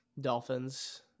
Dolphins